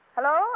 Hello